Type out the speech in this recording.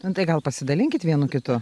nu tai gal pasidalinkit vienu kitu